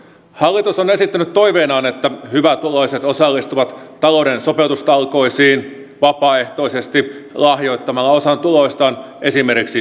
hallitus on esittänyt toiveenaan että hyvätuloiset osallistuvat talouden sopeutustalkoisiin vapaaehtoisesti lahjoittamalla osan tuloistaan esimerkiksi hyväntekeväisyyteen